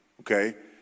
Okay